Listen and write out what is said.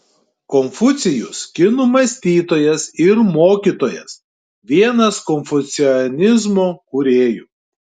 konfucijus kinų mąstytojas ir mokytojas vienas konfucianizmo kūrėjų